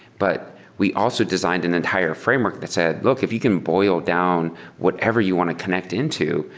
but we also designed an entire framework that said, look, if you can boil down whatever you want to connect into,